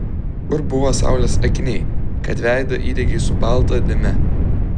kur buvo saulės akiniai kad veidą įdegei su balta dėme